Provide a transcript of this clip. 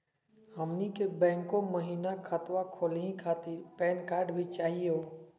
हमनी के बैंको महिना खतवा खोलही खातीर पैन कार्ड भी चाहियो?